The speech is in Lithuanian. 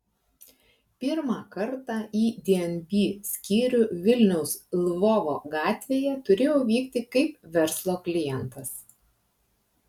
pirmą kartą į dnb skyrių vilniaus lvovo gatvėje turėjau vykti kaip verslo klientas